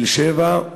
תל-שבע,